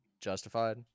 justified